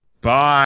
Bye